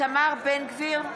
איתמר בן גביר,